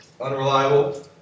Unreliable